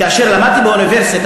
כאשר למדתי באוניברסיטה,